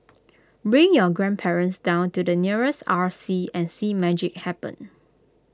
bring your grandparents down to the nearest R C and see magic happen